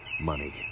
Money